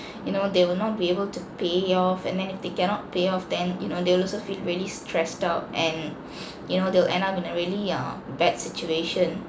you know they will not be able to pay off and then if they cannot pay off then you know they'll also feel really stressed out and you know they'll end up in a really err bad situation